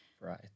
Right